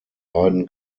beiden